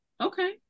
okay